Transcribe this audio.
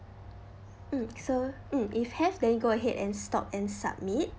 mm so mm if have then you go ahead and stop and submit